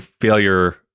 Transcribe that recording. failure